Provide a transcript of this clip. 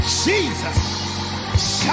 jesus